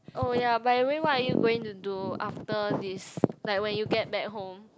oh ya by the way what are you going to do after this like when you get back home